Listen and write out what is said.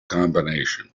combination